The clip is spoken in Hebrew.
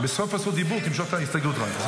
בסוף הזכות דיבור תמשוך את ההסתייגות שלך.